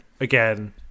again